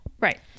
Right